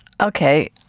Okay